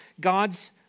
God's